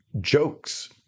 jokes